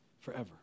forever